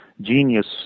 genius